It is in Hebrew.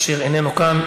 אשר איננו כאן,